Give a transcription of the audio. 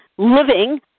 living